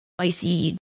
spicy